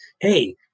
hey